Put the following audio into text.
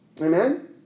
Amen